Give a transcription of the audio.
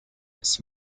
was